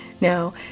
no